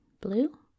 Blue